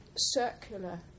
Circular